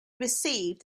received